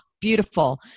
beautiful